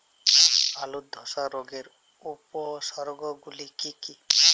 আলুর ধসা রোগের উপসর্গগুলি কি কি?